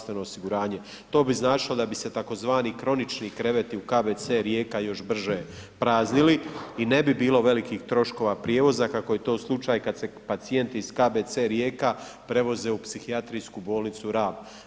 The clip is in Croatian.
To bi značilo da bi se tzv. kronični kreveti u KBC Rijeka još brže praznili i ne bi bilo velikih troškova prijevoza kako je to slučaj kad se pacijent iz KBC Rijeka prevozi u Psihijatrijsku bolnicu Rab.